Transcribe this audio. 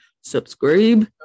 Subscribe